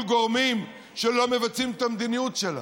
גורמים שלא מבצעים את המדיניות שלה.